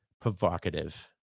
provocative